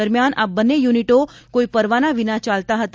દરમિયાન આ બંને યુનિટો કોઇ પરવાના લીધા વિના ચાલતા હતા